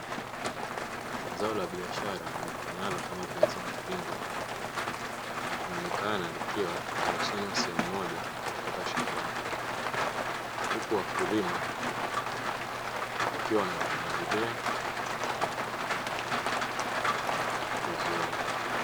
Zao la biashara lijulikanalo kama viazi mviringo linaonekana likiwa limekusanywa sehemu moja kutoka shambani, huku wakulima wakiwa wanalipangilia vizuri.